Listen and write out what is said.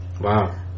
Wow